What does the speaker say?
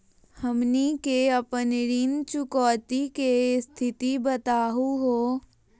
हमनी के अपन ऋण चुकौती के स्थिति बताहु हो?